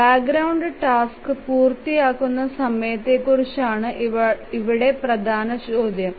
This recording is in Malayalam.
ബാക്ക്ഗ്രൌണ്ട് ടാസ്ക് പൂർത്തിയാക്കുന്ന സമയത്തെക്കുറിച്ചാണ് ഇവിടെ പ്രധാന ചോദ്യം